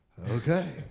Okay